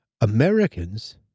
Americans